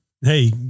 Hey